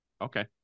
Okay